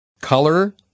Color